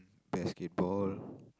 basketball